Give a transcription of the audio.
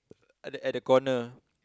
at the at the corner